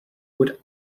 would